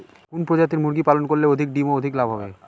কোন প্রজাতির মুরগি পালন করলে অধিক ডিম ও অধিক লাভ হবে?